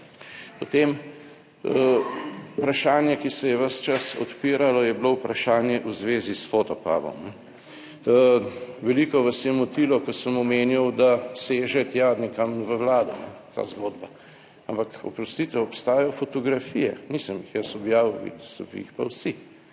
Potem vprašanje, ki se je ves čas odpiralo, je bilo vprašanje v zvezi s Fotopubom. Veliko vas je motilo, ko sem omenjal, da seže tja nekam v Vlado ta zgodba. Ampak oprostite, obstajajo fotografije. Nisem jih jaz objavil, so jih pa vsi,